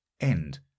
End